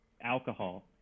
alcohol